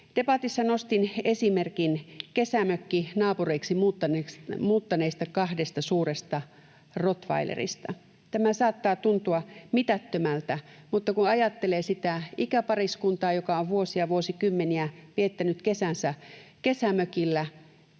Debatissa nostin esimerkin kesämökkinaapuriksi muuttaneista kahdesta suuresta rottweilerista. Tämä saattaa tuntua mitättömältä, mutta se ei sitä ole, kun ajattelee sitä ikäpariskuntaa, joka on vuosia ja vuosikymmeniä viettänyt kesänsä kesämökillä